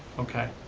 okay,